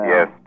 Yes